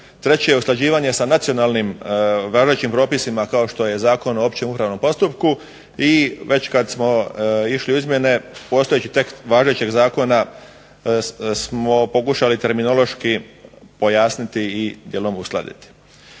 Treće je usklađivanje sa nacionalnim važećim propisima kao što je Zakon o opće upravnom postupku i već kada smo išli u izmjene postojeći tekst važećeg zakona smo pokušali terminološki pojasniti i dijelom uskladiti.